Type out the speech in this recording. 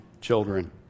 children